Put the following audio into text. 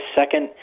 second